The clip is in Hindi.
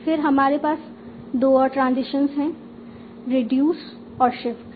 फिर हमारे पास दो और ट्रांजिशंस हैं रिड्यूस और शिफ्ट